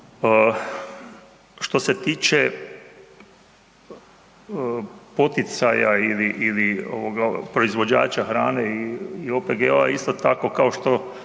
Što se tiče poticaja ili proizvođača hrane i OPG-ova, isto tako, kao što